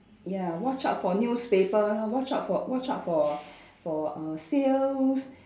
ya watch out for newspaper watch out for watch out for for uh sales